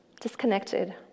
disconnected